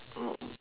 um